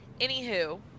anywho